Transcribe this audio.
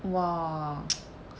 !wah!